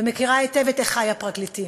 ומכירה היטב את אחי הפרקליטים.